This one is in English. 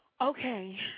Okay